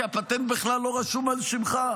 כי הפטנט בכלל לא רשום על שמך.